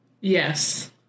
Yes